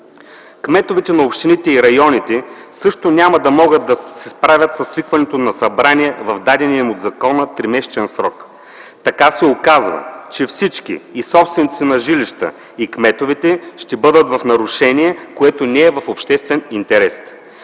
Кметовете на общините и районите също няма да могат да се справят със свикването на събрания в дадения им от закона тримесечен срок. Така се оказва, че всички – и собствениците на жилища, и кметовете, ще бъдат в нарушение, което не е в обществен интерес.